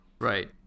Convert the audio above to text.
Right